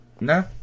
No